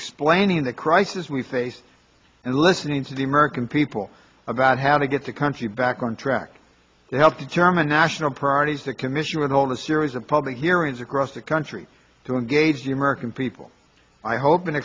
explaining the crisis we face and listening to the american people about how to get the country back on track to help determine national priorities the commission with hold a series of public hearings across the country to engage the american people i hope and